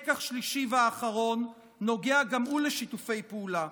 לקח שלישי ואחרון נוגע גם הוא לשיתופי פעולה,